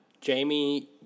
Jamie